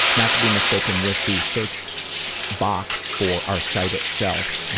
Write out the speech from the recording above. not to be mistaken with the search box for our site itself.